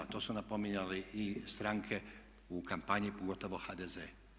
To su napominjali i stranke u kampanji, pogotovo HDZ.